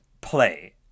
play